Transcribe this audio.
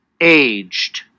aged